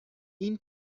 این